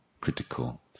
critical